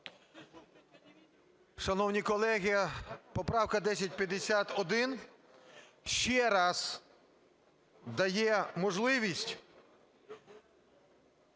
Шановні колеги, поправка 1051, ще раз, дає можливість